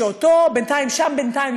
שם בינתיים,